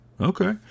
Okay